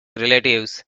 relatives